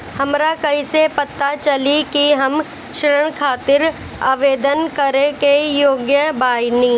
हमरा कईसे पता चली कि हम ऋण खातिर आवेदन करे के योग्य बानी?